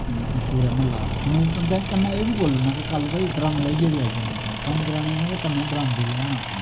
पूरै म्ह्ल्ला उनेईं बंदै एह् बी बोलुना के कल्ल भाई ड्रम्म लेईयै बी आई जाना अपना कम्म कराने आना ते कन्नै ड्रम्म बी लेआना अपना